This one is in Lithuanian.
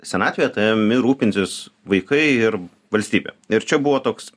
senatvėje tavimi rūpinsis vaikai ir valstybė ir čia buvo toks